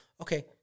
okay